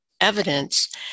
evidence